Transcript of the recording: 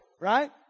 right